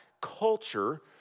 culture